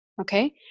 Okay